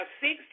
six